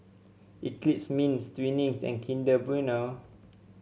Eclipse Mints Twinings and Kinder Bueno